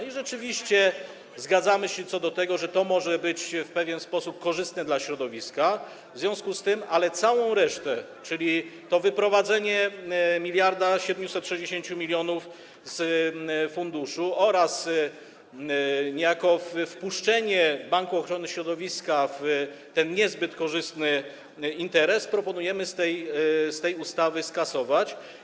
I rzeczywiście zgadzamy się co do tego, że to może być w pewien sposób korzystne dla środowiska w związku z tym, ale całą resztę, czyli to wyprowadzenie 1760 mln z funduszu oraz niejako wpuszczenie Banku Ochrony Środowiska w ten niezbyt korzystny interes proponujemy z tej ustawy skasować.